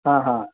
हा हा